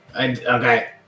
Okay